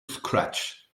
scratch